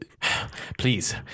Please